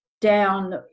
down